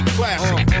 classic